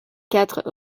quatre